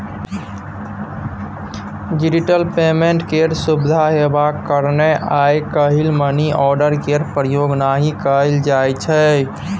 digital payment केर सुविधा हेबाक कारणेँ आइ काल्हि मनीआर्डर केर प्रयोग नहि कयल जाइ छै